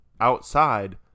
outside